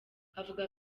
avuga